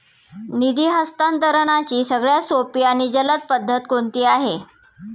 निधी हस्तांतरणाची सगळ्यात सोपी आणि जलद पद्धत कोणती आहे?